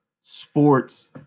sports